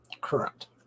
Correct